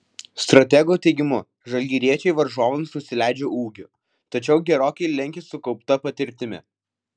stratego teigimu žalgiriečiai varžovams nusileidžia ūgiu tačiau gerokai lenkia sukaupta patirtimi